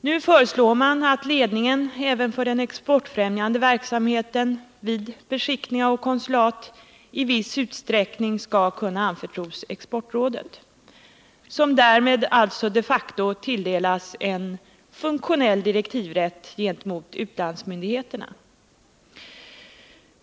Nu föreslår man att ledningen även för den exportfrämjande verksamheten vid beskickningar och konsulat i viss utsträckning skall kunna anförtros Exportrådet, som därmed alltså de facto tilldelas en funktionell direktivrätt gentemot utlandsmyndigheterna.